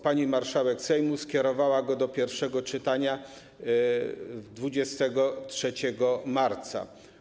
Pani marszałek Sejmu skierowała go do pierwszego czytania 23 marca.